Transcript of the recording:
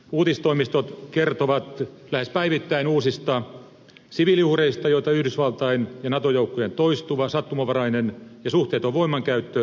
uutistoimistot kertovat lähes päivittäin uusista siviiliuhreista joita yhdysvaltain ja nato joukkojen toistuva sattumanvarainen ja suhteeton voimankäyttö jatkuvasti aiheuttavat